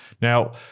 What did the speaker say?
Now